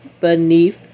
beneath